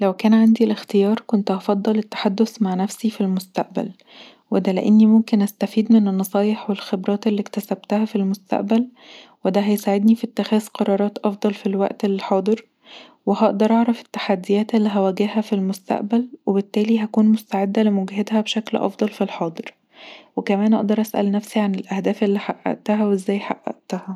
لو كان عندي الإختيار كنت هفضل التحدث مع نفسي في المستقبل وده لأني ممكن استفيد من النصايح والخبرات اللي اكتسبتها في المستقبل وده هيساعدني في اتخاذ قرارات أفضل في الوقت الحاضر وهقدر اعرف التحديات اللي هواجهها في المستقبل وبالتالي هكون مستعده لمواجتها بشكل أفضل في الحاضر وكمان اقدر أسأل نفسي عن الأهداف اللي حققتها وإزاي حققتها